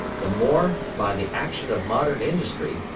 the more, by the action of modern industry,